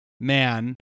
man